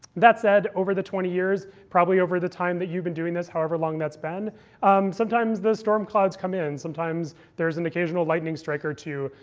that said, over the twenty years probably over the time that you've been doing this, however however long that's been sometimes the storm clouds come in. sometimes there is an occasional lightning strike or two.